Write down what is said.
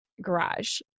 garage